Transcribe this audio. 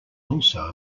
also